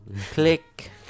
Click